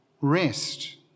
rest